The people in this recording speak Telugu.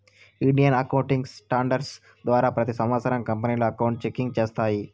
ఇండియన్ అకౌంటింగ్ స్టాండర్డ్స్ ద్వారా ప్రతి సంవత్సరం కంపెనీలు అకౌంట్ చెకింగ్ చేస్తాయి